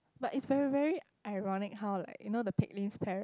but it's very very ironic how like you know the Pek lin's parents